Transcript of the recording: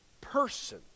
person